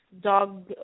dog